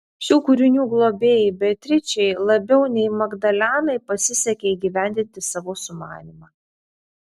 šių kūrinių globėjai beatričei labiau nei magdalenai pasisekė įgyvendinti savo sumanymą